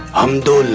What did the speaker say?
and